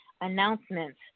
announcements